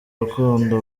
urukundo